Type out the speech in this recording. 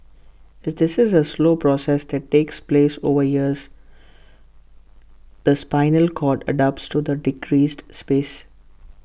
is this is A slow process that takes place over years the spinal cord adapts to the decreased space